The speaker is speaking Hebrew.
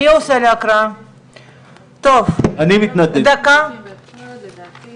לעניין התוויית שיקול דעת,